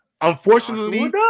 unfortunately